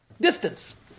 distance